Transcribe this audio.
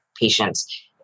patients